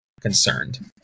concerned